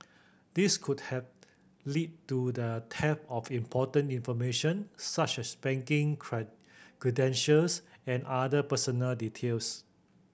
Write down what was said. this could has lead to the theft of important information such as banking cry credentials and other personal details